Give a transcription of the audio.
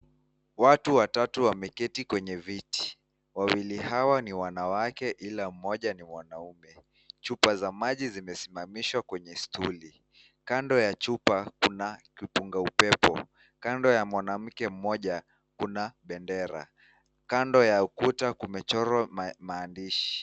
Watu watatu wameketi kwenye viti. Wawili hawa ni wanawake, ila mmoja ni mwanaume. Chupa za maji zimesimamishwa kwenye stuli . Kando ya chupa, kuna kipunga upepo. Kando ya mwanamke mmoja, kuna bendera. Kando ya ukuta kumechorwa maandishi.